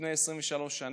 לפני 23 שנה.